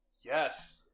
Yes